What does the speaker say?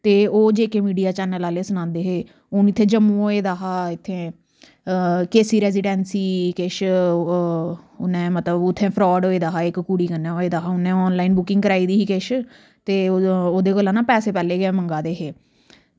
ते ओह् जे के मीडिया चैनल आह्ले सनांदे हे हून इत्थै जम्मू होऐ दा हा इत्थै के सी रेज़ीडेंसी कच्छ मतलब कि उत्थै फ्रॉड होऐ दा हा इक कुड़ी कन्नै ते उन्ने आनलाइन बुकिंग कराई दी ही किश ते ओह्दे गल्ला ना पैसे पैह्लें गै मंग्गा दे हे